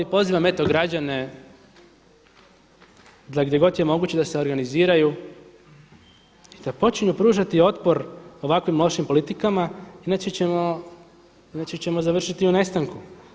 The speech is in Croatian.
Pozivam eto građane da gdje god je moguće sa se organiziraju i da počinju pružati otpor ovakvim lošim politikama, inače ćemo završiti u nestanku.